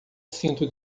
cinto